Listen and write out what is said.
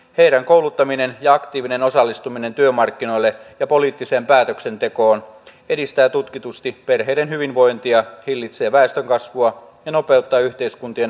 heidän kouluttamisensa ja aktiivinen osallistumisensa työmarkkinoille ja poliittiseen päätöksentekoon edistää tutkitusti perheiden hyvinvointia hillitsee väestönkasvua ja nopeuttaa yhteiskuntien vaurastumista